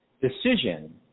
decision